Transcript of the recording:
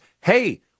hey